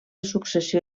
successió